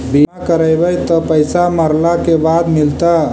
बिमा करैबैय त पैसा मरला के बाद मिलता?